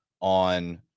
on